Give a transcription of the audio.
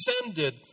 ascended